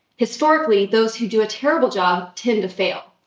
historically, those who do a terrible job tend to fail.